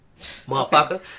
Motherfucker